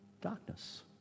darkness